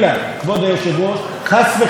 חס וחלילה עשר פעמים,